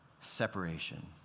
separation